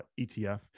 ETF